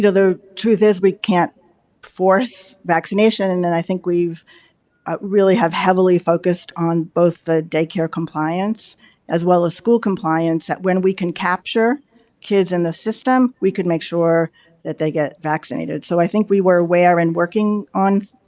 and the truth is we can't force vaccination and and i think we've really have heavily focused on both the daycare compliance as well as school compliance that when we can capture kids in the system, we can make sure that they get vaccinated. so, i think we were aware and working on,